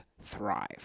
thrive